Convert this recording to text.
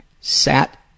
Sat